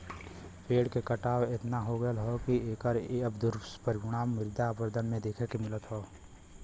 पेड़ के कटाव एतना हो गयल हौ की एकर अब दुष्परिणाम मृदा अपरदन में देखे के मिलत हौ